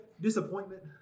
disappointment